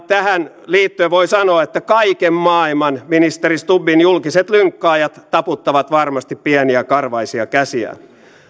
tähän liittyen voi sanoa että kaiken maailman ministeri stubbin julkiset lynkkaajat taputtavat varmasti pieniä karvaisia käsiään